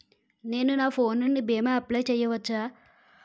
నేను ఫోన్ నుండి భీమా అప్లయ్ చేయవచ్చా?